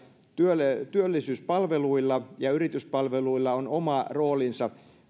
työllisyyspalveluilla ja yrityspalveluilla on oma roolinsa